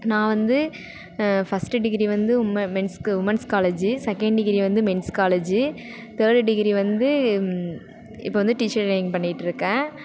நான் வந்து first degree வந்து உம மென்ஸ்க்கு உமன்ஸ் காலேஜ்ஜி செகண்ட் டிகிரி வந்து மென்ஸ் காலேஜ்ஜி தேர்டு டிகிரி வந்து இப்போ வந்து டீச்சர் ட்ரைனிங் பண்ணிகிட்ருக்கேன்